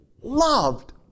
loved